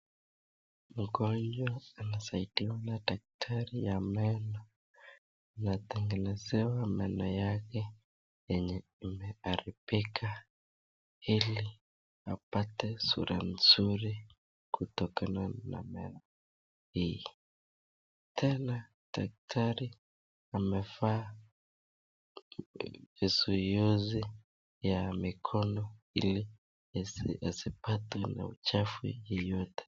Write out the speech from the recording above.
Mgonjwa anasaidiwa na daktari ya meno anatengenezewa meno yake yenye imeharibika, ili apate sura nzuri kutokana na meno hii. Tena, daktari amevaa vizuizi ya mikono ili asipate na uchafu yeyote.